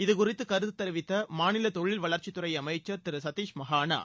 இதுகுறித்து கருத்து தெரிவித்த மாநில தொழில்வளர்ச்சித்துறை அமைச்சர் திரு சதீஷ் மஹானா